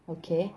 okay